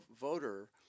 voter